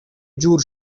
جور